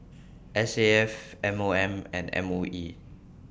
S A F M O M and M O E